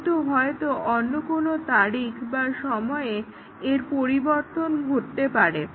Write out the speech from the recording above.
কিন্তু হয়তো অন্য কোনো তারিখ বা সময়ে এর পরিবর্তন হতে পারে